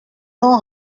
know